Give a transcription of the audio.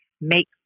make